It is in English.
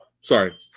Sorry